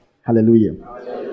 Hallelujah